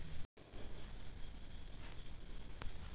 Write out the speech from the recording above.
పాల ఉత్పత్తి పెంచడానికి ఏమేం జాగ్రత్తలు తీసుకోవల్ల?